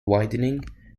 widening